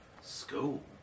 School